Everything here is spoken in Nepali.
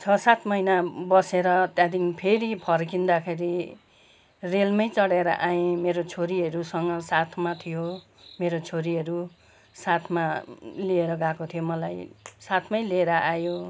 छ सात महिना बसेर त्यहाँदेखि फेरि फर्किँदाखेरि रेलमै चढेर आएँ मेरो छोरीहरूसँग साथमा थियो मेरो छोरीहरू साथमा लिएर गएको थियो मलाई साथमै लिएर आयो